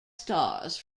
stars